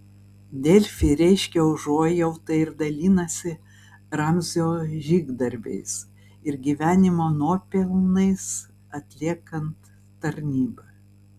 delfi reiškia užuojautą ir dalinasi ramzio žygdarbiais ir gyvenimo nuopelnais atliekant tarnybą